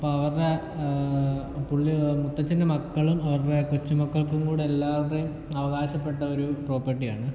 അപ്പം അവർടെ പുള്ളി മുത്തച്ഛൻ്റെ മക്കളും അവരുടെ കൊച്ചുമക്കൾക്കും കൂടെ എല്ലാവരുടെയും അവകാശപ്പെട്ട ഒരു പ്രോപ്പർട്ടിയാണ്